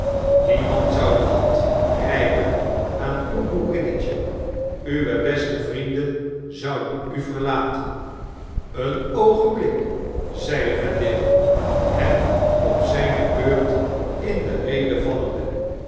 niemand zou de hand reiken aan uw boerinnetje uwe beste vrienden zouden u verlaten een oogenblik zeide vendale hem op zgne beurt in de rede vallende